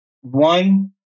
one